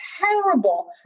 terrible